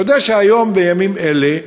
אתה יודע שהיום, בימים אלה,